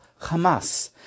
Hamas